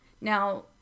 Now